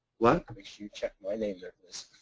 like make sure you check my name there,